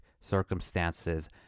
circumstances